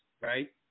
right